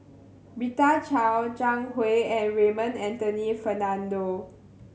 Rita Chao Zhang Hui and Raymond Anthony Fernando